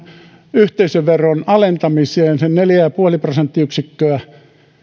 yhteisöveron alentamiseen sen neljä pilkku viisi prosenttiyksikköä